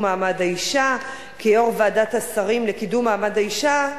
מעמד האשה כיושבת-ראש ועדת השרים לקידום מעמד האשה,